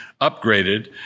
upgraded